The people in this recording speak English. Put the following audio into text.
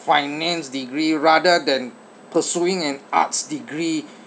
finance degree rather than pursuing an arts degree